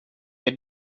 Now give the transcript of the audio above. had